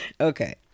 Okay